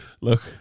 look